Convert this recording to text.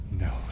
No